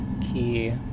key